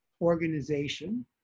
organization